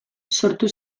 sortu